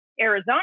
Arizona